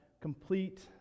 complete